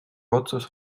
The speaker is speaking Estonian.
otsus